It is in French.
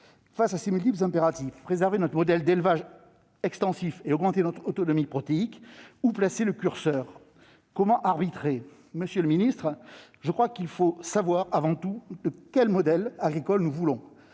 Face à ces multiples impératifs- préserver notre modèle d'élevage extensif et augmenter notre autonomie protéique -où placer le curseur ? Comment arbitrer ? Monsieur le ministre, il faut selon moi, avant tout, déterminer quel modèle agricole et